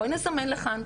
בואי נזמן לכאן,